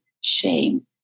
shame